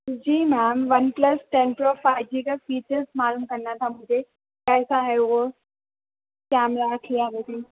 جی ma'am OnePlus ten pro five G کا features معلوم کرنا تھا مجھے کیسا ہے وہ کیا میں